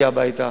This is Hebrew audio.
כשמגיעים הביתה.